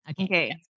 Okay